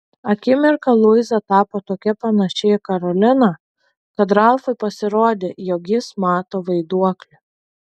akimirką luiza tapo tokia panaši į karoliną kad ralfui pasirodė jog jis mato vaiduoklį